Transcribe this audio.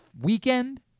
weekend